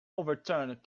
overturned